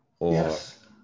Yes